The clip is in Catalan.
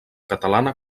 catalana